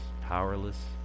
powerless